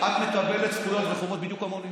את מקבלת זכויות וחובות בדיוק כמוני,